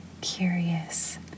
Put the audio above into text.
curious